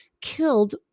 killed